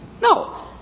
No